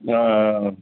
ஆ ஆ